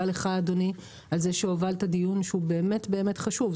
לך אדוני על כך שהובלת דיון שהוא באמת חשוב.